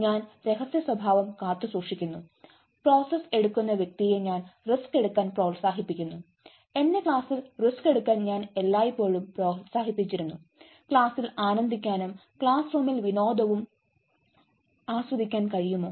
ഞാൻ രഹസ്യസ്വഭാവം കാത്തുസൂക്ഷിക്കുന്നു പ്രോസസ്സ് എടുക്കുന്ന വ്യക്തിയെ ഞാൻ റിസ്ക് എടുക്കാൻ പ്രോത്സാഹിപ്പിക്കുന്നു എന്റെ ക്ലാസ്സിൽ റിസ്ക് എടുക്കാൻ ഞാൻ എല്ലായ്പ്പോഴും പ്രോത്സാഹിപ്പിച്ചിരുന്നു ക്ലാസിൽ ആനന്ദിക്കാനും ക്ലാസ് റൂമിൽ വിനോദവും വിനോദവും ആസ്വദിക്കാൻ കഴിയുമോ